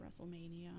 WrestleMania